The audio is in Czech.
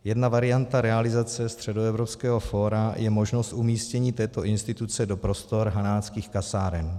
Jedna varianta realizace Středoevropského fóra je možnost umístění této instituce do prostor Hanáckých kasáren.